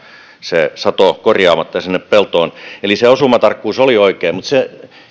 se sato korjaamatta sinne peltoon eli se osumatarkkuus oli oikein